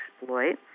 exploit